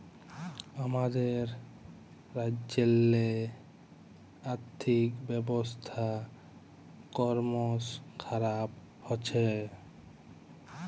আমাদের রাজ্যেল্লে আথ্থিক ব্যবস্থা করমশ খারাপ হছে